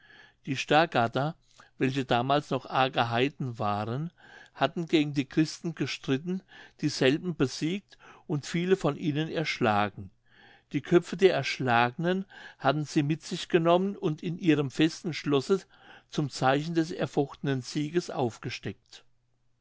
die stargarder welche damals noch arge heiden waren hatten gegen die christen gestritten dieselben besieget und viele von ihnen erschlagen die köpfe der erschlagenen hatten sie mit sich genommen und in ihrem festen schlosse zum zeichen des erfochtenen sieges aufgesteckt